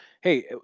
Hey